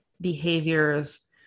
behaviors